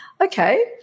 Okay